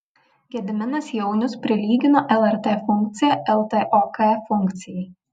gediminas jaunius prilygino lrt funkciją ltok funkcijai